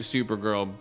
Supergirl